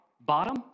bottom